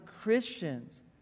Christians